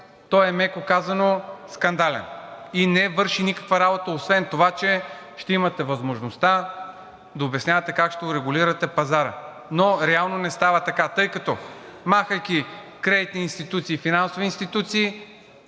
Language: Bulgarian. той е меко казано скандален и не върши никаква работа, освен че ще имате възможността да обяснявате как ще урегулирате пазара. Но реално не става така, тъй като, махайки кредитните и финансовите институции,